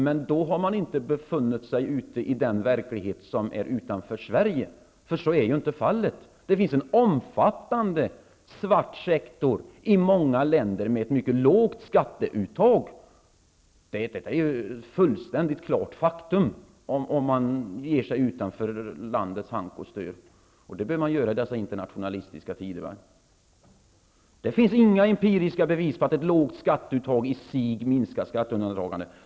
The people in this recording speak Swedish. Men då har man inte befunnit sig i den verklighet som finns utanför Sverige. I många länder med ett lågt skatteuttag finns det en omfattande svart sektor. Det här är ett fullständigt klart faktum för den som ger sig ut utanför landets hank och stör. Det behöver man göra i dessa internationella tidevarv. Det finns inga empiriska bevis på att ett lågt skatteuttag i sig minskar skatteundandragandet.